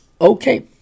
okay